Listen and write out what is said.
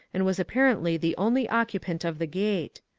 and was apparently the only occupant of the gate.